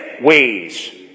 ways